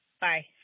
Bye